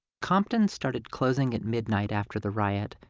compton's started closing at midnight after the riot,